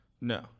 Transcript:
No